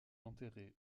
enterré